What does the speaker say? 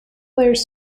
players